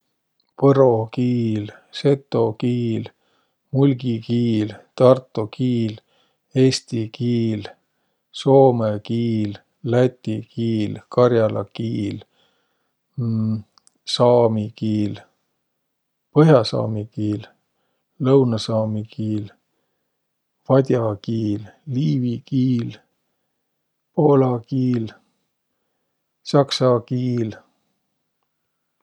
Võro kiil, seto kiil, mulgi kiil, tarto kiil, eesti kiil, soomõ kiil, läti kiil, kar'ala kiil, saami kiil, põh'asaami kiil, lõunõsaami kiil, vad'a kiil, liivi kiil, poola kiil, s'aksa kiil.